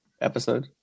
episode